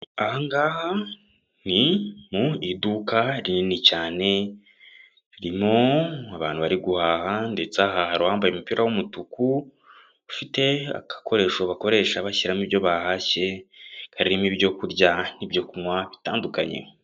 Ahangaha ni mu iduka rinini cyane ririmo abantu bari guhaha, ndetse aha hari uwambaye umupira w'umutuku, ufite agakoresho bakoresha bashyiramo ibyo bahashye karimo ibyo kurya n'ibyo kunywa bitandukanye.